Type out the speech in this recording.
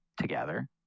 together